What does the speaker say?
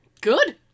Good